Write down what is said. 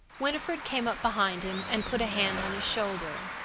winifred came up behind him and put a hand on his shoulder.